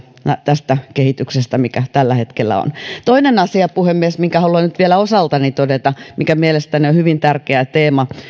tästä kehityksestä mikä tällä hetkellä on toinen asia puhemies minkä haluan nyt vielä osaltani todeta mikä mielestäni on hyvin tärkeä teema